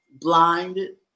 blinded